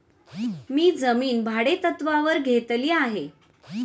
मी जमीन भाडेतत्त्वावर घेतली आहे